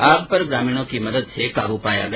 आग पर ग्रामीणों की मदद से काबू पाया गया